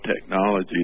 technology